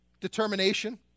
determination